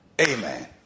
Amen